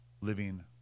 living